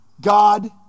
God